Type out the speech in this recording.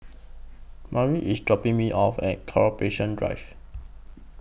Mary IS dropping Me off At Corporation Drive